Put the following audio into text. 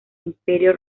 imperio